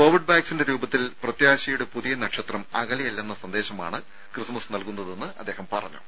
Covid വാക്സിന്റെ രൂപത്തിൽ പ്രത്യാശയുടെ നക്ഷത്രം പുതിയ അകലെയല്ലെന്ന സന്ദേശമാണ് ക്രിസ്മസ് നൽകുന്നതെന്ന് അദ്ദേഹം പറഞ്ഞു